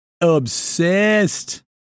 Obsessed